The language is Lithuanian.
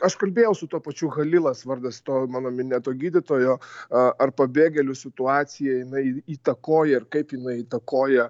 aš kalbėjau su tuo pačiu halilas vardas to mano minėto gydytojo a ar pabėgėlių situacija jinai įtakoja ir kaip jinai įtakoja